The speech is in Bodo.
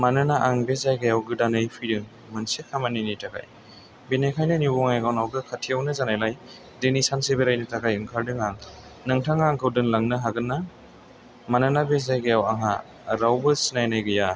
मानोना आं बे जायगायाव गोदानै फैदों मोनसे खामानिनि थाखाय बेनिखायनो निउ बङाइगावआ बे खाथियावनो जानायलाय दिनै सानसे बेरायनो थाखाय ओंखारदों आं नोंथाङा आंखौ दोनलांनो हागोन ना मानोना बे जायगायाव आंहा रावबो सिनायनाय गैया